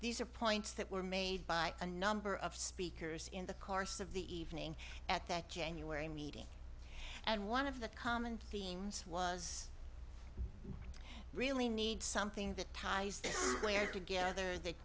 these are points that were made by a number of speakers in the course of the evening at that january meeting and one of the common themes was really need something that ties this where together that